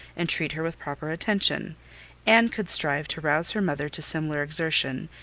and treat her with proper attention and could strive to rouse her mother to similar exertion,